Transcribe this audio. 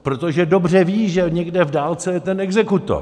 Protože dobře ví, že někde v dálce je ten exekutor.